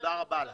תודה רבה לך,